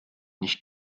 nicht